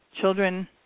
children